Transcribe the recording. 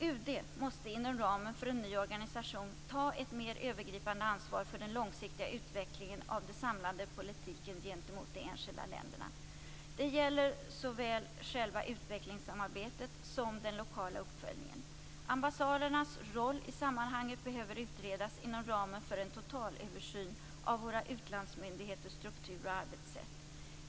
UD måste inom ramen för en ny organisation ta ett mer övergripande ansvar för den långsiktiga utvecklingen av den samlade politiken gentemot de enskilda länderna. Det gäller såväl själva utvecklingssamarbetet som den lokala uppföljningen. Ambassadernas roll i sammanhanget behöver utredas inom ramen för en totalöversyn av våra utlandsmyndigheters struktur och arbetssätt.